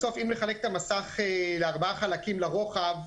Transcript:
בסוף אם נחלק את המסך לארבעה חלקים לרוחב,